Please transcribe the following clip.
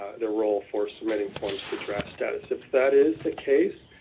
the role for submitting forms to draft status. if that is the case,